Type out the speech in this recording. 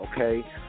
Okay